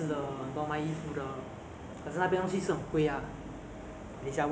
你要讲华语就讲华语你要讲英文就讲英文 feel free